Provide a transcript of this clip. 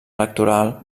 electoral